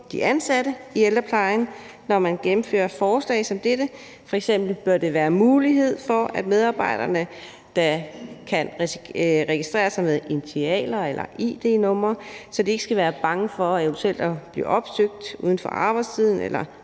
de ansatte i ældreplejen, når man gennemfører forslag som dette. F.eks. bør der være mulighed for, at medarbejderne kan registrere sig med initialer eller id-numre, så de ikke skal være bange for eventuelt at blive opsøgt uden for arbejdstiden eller